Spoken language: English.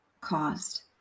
caused